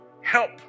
help